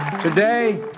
Today